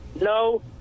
No